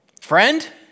Friend